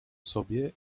sobie